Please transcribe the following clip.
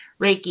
Reiki